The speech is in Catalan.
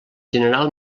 general